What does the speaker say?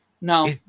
no